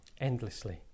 Endlessly